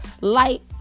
light